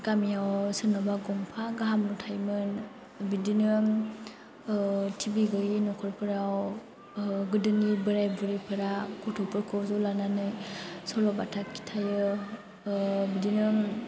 गामियाव सोरनाबा गंफा गाहामल' थायोमोन बिदिनो टिभि गैयै नखरफोराव गोदोनि बोराय बुरिफोरा गथ'फोरखौ ज' लानानै सल' बाथा खिन्थायो बिदिनो